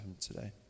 today